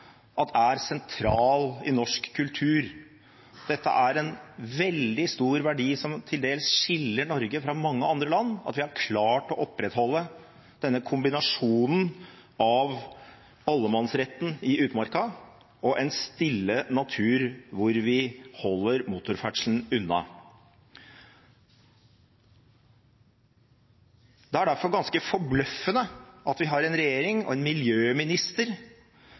at vi har klart å opprettholde denne kombinasjonen av allemannsretten i utmarka og en stille natur, hvor vi holder motorferdselen unna. Det er derfor ganske forbløffende at vi har en regjering og en miljøminister